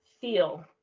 feel